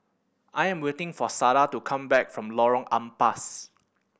I am waiting for Sada to come back from Lorong Ampas